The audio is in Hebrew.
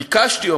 ביקשתי,